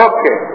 Okay